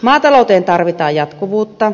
maatalouteen tarvitaan jatkuvuutta